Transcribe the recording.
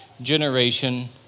generation